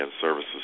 services